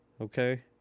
okay